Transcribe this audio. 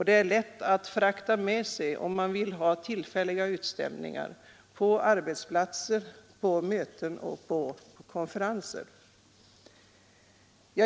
Det är lätt att frakta med sig, om man vill ha tillfälliga utställningar på arbetsplatser, möten och konferenser.